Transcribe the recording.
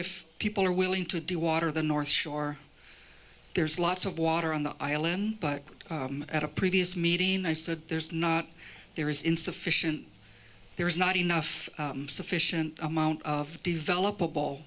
if people are willing to do water the north shore there's lots of water on the island but at a previous meeting i said there's not there is insufficient there is not enough sufficient amount of develop